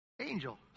Angel